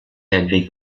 avec